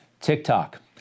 TikTok